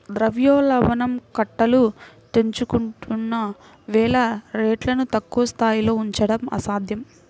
ద్రవ్యోల్బణం కట్టలు తెంచుకుంటున్న వేళ రేట్లను తక్కువ స్థాయిలో ఉంచడం అసాధ్యం